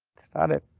start it.